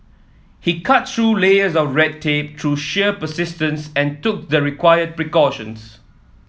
he cut through layers of red tape through sheer persistence and took the required precautions